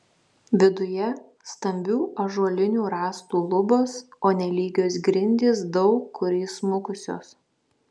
viduje stambių ąžuolinių rąstų lubos o nelygios grindys daug kur įsmukusios